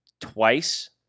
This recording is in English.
twice